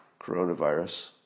coronavirus